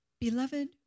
Beloved